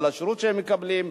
השירות שהם מקבלים.